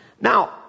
Now